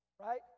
right